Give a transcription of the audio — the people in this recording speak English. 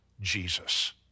Jesus